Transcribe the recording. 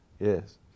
Yes